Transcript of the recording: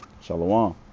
Shalom